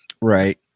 right